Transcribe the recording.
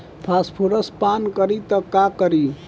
Phosphorus पान करी त का करी?